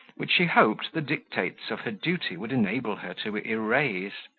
which she hoped the dictates of her duty would enable her to erase.